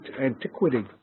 antiquity